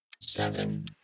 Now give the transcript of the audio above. seven